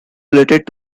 related